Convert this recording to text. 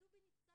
מקבולה נסאר,